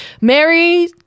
Mary